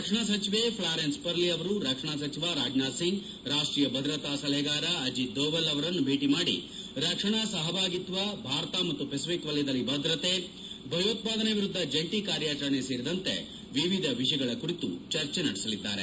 ರಕ್ಷಣಾ ಸಚಿವೆ ಫ್ವಾರೆನ್ಸ್ ಪರ್ಲಿ ಅವರು ರಕ್ಷಣಾ ಸಚಿವ ರಾಜನಾಥ್ಸಿಂಗ್ ರಾಷ್ಕೀಯ ಭದ್ರತಾ ಸಲಹೆಗಾರ ಅಜೀತ್ ದೊವಲ್ ಅವರನ್ನು ಭೇಟಿ ಮಾಡಿ ರಕ್ಷಣಾ ಸಹಭಾಗಿತ್ವ ಭಾರತ ಮತ್ತು ಪೆಸಿಫಿಕ್ ವಲಯದಲ್ಲಿ ಭದ್ರತೆ ಭಯೋತ್ಸಾದನೆ ವಿರುದ್ದ ಜಂಟಿ ಕಾರ್ಯಾಚರಣೆ ಸೇರಿದಂತೆ ವಿವಿಧ ವಿಷಯಗಳ ಕುರಿತು ಚರ್ಚೆ ನಡೆಸಲಿದ್ದಾರೆ